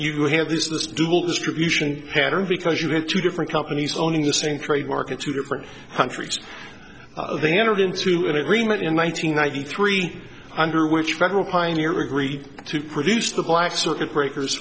you had this this dual distribution pattern because you had two different companies owning the same trade market to different countries they entered into an agreement in one nine hundred ninety three under which federal pioneer agreed to produce the black circuit breakers